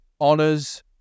honors